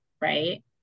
right